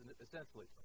essentially